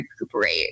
recuperate